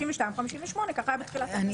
חבר הכנסת שמחה רוטמן, בקשה.